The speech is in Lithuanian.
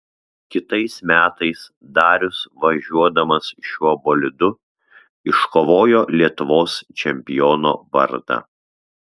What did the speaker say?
kitais metais darius važiuodamas šiuo bolidu iškovojo lietuvos čempiono vardą